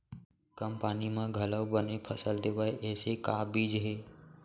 कम पानी मा घलव बने फसल देवय ऐसे का बीज हे?